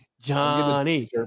Johnny